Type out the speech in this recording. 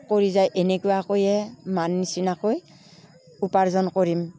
কৰি যায় এনেকুৱাকৈয়ে মাৰ নিচিনাকৈ উপাৰ্জন কৰিম